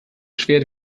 schwert